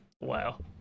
Wow